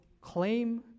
claim